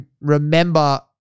remember